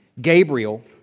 Gabriel